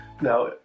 Now